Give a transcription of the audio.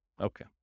Okay